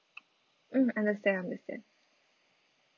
mm understand understand